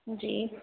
जी